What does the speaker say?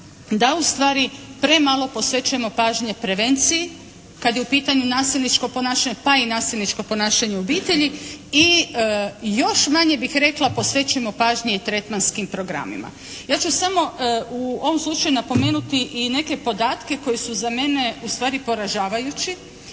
da ustvari premalo posvećujemo pažnje prevenciji kad je u pitanju nasilničko ponašanje, pa i nasilničko ponašanje u obitelji i još manje bih rekla posvećujemo pažnje i tretmanskim programima. Ja ću samo u ovom slučaju napomenuti i neke podatke koji su za mene ustvari poražavajući